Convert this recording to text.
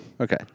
Okay